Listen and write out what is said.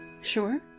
Sure